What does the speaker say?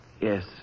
Yes